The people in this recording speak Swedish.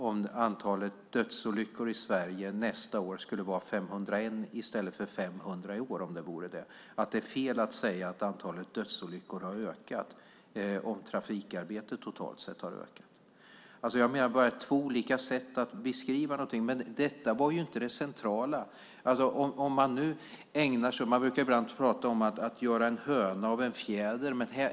Om antalet dödsolyckor i Sverige nästa år är 501 i stället för 500 i år - om det nu är så - anser Matilda Ernkrans att det då är fel att säga att antalet dödsolyckor har ökat om trafikarbetet totalt sett har ökat? Jag menar att det är två olika sätt att beskriva någonting. Men detta var inte det centrala. Man brukar prata om att göra en höna av en fjäder.